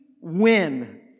win